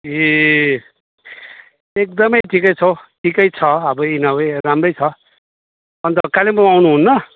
ए एकदमै ठिकै छ ठिकै छ अबोई नभई राम्रै छ अन्त कालिम्पोङ आउनुहुन्न